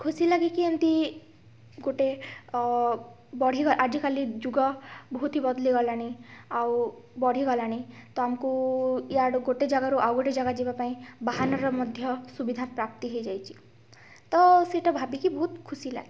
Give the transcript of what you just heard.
ଖୁସି ଲାଗେ କି ଏମତି ଗୋଟେ ବଢ଼ିବା ଆଜିକାଲି ଯୁଗ ବହୁତ ବଦଳି ଗଲାଣି ଆଉ ବଢ଼ିଗଲାଣି ତ ଆମକୁ ୟାଡ଼ୁ ଗୋଟେ ଜାଗାରୁ ଆଉ ଗୋଟେ ଜାଗା ଯିବାପାଇଁ ବାହନର ମଧ୍ୟ ସୁବିଧା ପ୍ରାପ୍ତି ହେଇଯାଇଛି ତ ସେଇଟା ଭାବିକି ବହୁତ ଖୁସି ଲାଗେ